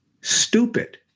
Stupid